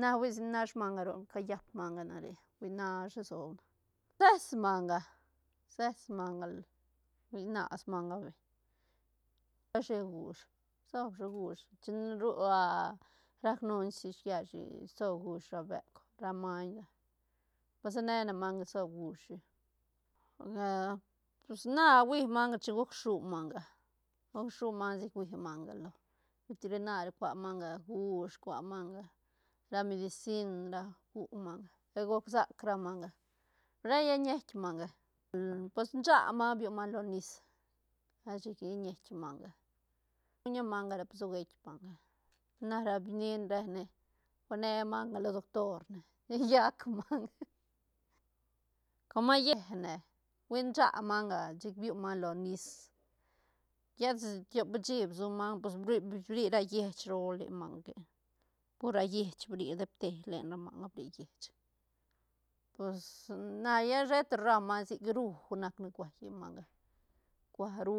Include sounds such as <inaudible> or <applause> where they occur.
na hui nash manga roc callap manga nare hui nasha soba ses manga- ses manga nas manga beñ neshi jush sob shi jush chin ru <hesitation> rac nuins ish lleshi sob jush ra beuk ra maiñga pues se nene manga sob jush chic <hesitation> pus na hui manga chin guc shu manga- guc shu manga chic hui manga lo veterinari cua manga jush cua manga ra medicin ra gu manga per guc sac ra manga re lla ñiet manga <hesitation> pus scha manga biu manga lo nis lla chic lla ñiet manga, siguña manga repa su geitk manga na ra benin re ne hui ne manga lo doctor ne chic llac manga <laughs> com <unintelligible> hui scha manga chic biu manga lo nis llet tiop shí bsu manga pues bri- bri ra llech role manga que pur ra llech bri depte len ra manga bri llech pus na llet sheta rau manga sic rú nac ni cua lleñ manga cua rú.